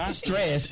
stress